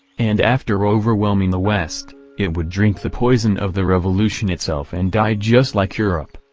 and after overwhelming the west, it would drink the poison of the revolution itself and die just like europe.